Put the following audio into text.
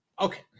okay